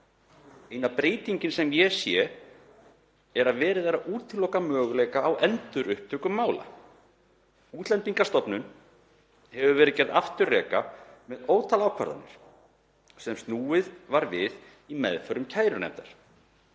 Eina breytingin sem ég sé er að verið er að útiloka möguleika á endurupptöku mála. Útlendingastofnun hefur verið gerð afturreka með ótal ákvarðanir sem snúið var við í meðförum kærunefndar